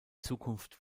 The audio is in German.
zukunft